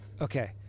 Okay